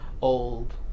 old